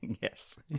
Yes